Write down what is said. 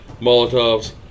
Molotovs